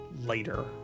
later